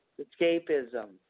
escapism